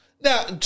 Now